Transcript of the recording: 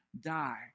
die